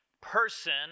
person